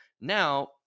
Now